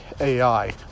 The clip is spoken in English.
AI